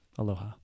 Aloha